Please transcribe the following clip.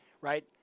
right